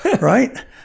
right